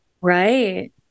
right